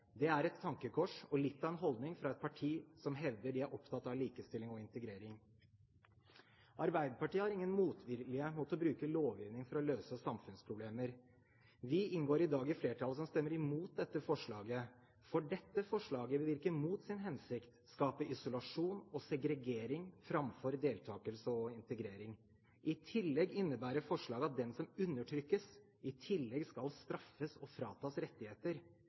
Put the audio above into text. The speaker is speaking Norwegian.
Det er et tankekors og litt av en holdning fra et parti som hevder de er opptatt av likestilling og integrering. Arbeiderpartiet har ingen motvilje mot å bruke lovgivning for å løse samfunnsproblemer. Vi inngår i dag i flertallet som stemmer imot dette forslaget, for dette forslaget vil virke mot sin hensikt, skape isolasjon og segregering framfor deltakelse og integrering. I tillegg innebærer forslaget at den som undertrykkes, i tillegg skal straffes og fratas rettigheter.